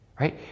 Right